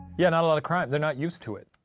yeah, not a lot of crime. they're not used to it.